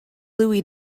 louie